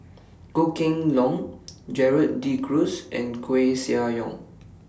Goh Kheng Long Gerald De Cruz and Koeh Sia Yong